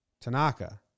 Tanaka